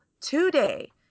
today